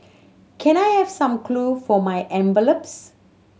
can I have some glue for my envelopes